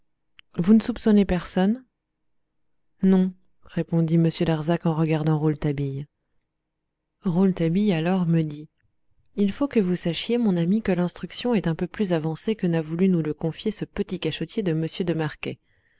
vous ne soupçonnez personne non répondit m darzac en regardant rouletabille rouletabille alors me dit il faut que vous sachiez mon ami que l'instruction est un peu plus avancée que n'a voulu nous le confier ce petit cachottier de m de marquet